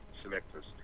selectors